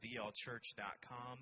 vlchurch.com